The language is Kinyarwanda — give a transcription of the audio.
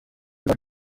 baje